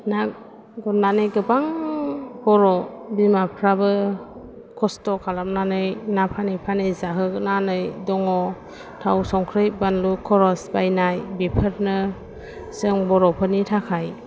ना गुरनानै गोबां बर' बिमाफ्राबो खस्थ' खालामनानै ना फानै फानै जाहोनानै दङ थाव संख्रै बानलु खरस बायनाय बेफोरनो जों बर' फोरनि थाखाय